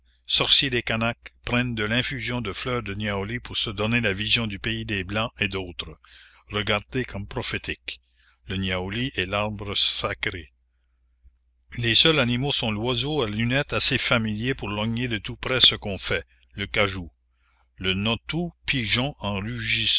sorciers des canaques prennent de l'infusion de fleurs du niaouli pour se donner la la commune vision du pays des blancs et d'autres regardées comme prophétiques le niaouli est l'arbre sacré les seuls animaux sont l'oiseau à lunettes assez familier pour lorgner de tout près ce qu'on fait le cagou le notou pigeon